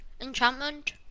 Enchantment